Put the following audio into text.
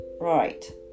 right